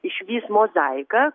išvys mozaiką